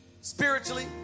Spiritually